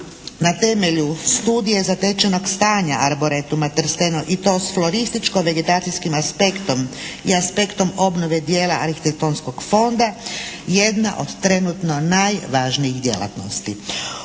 na temelju studije zatečenog stanja arboretuma Trsteno i to s florističko vegetacijskim aspektom i aspektom obnove dijela arhitektonskog fonda jedna od trenutno najvažnijih djelatnosti.